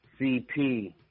CP